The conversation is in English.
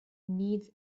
needs